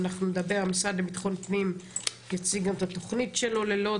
המשרד לבטחון פנים יציג גם את התכנית שלו ללוד